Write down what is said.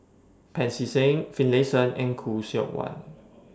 Pancy Seng Finlayson and Khoo Seok Wan